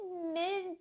mid